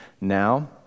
now